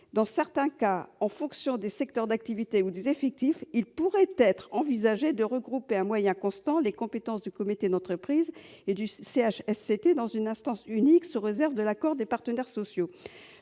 Dans certains cas, en fonction des secteurs d'activité ou des effectifs, il pourrait être envisagé de regrouper à moyens constants les compétences du comité d'entreprise et du CHSCT dans une instance unique, sous réserve de l'accord des partenaires sociaux.